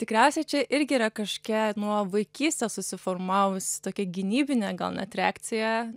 tikriausiai čia irgi yra kažkiek nuo vaikystės susiformavusi tokia gynybinė gal net reakcija